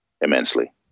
immensely